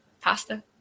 Pasta